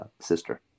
sister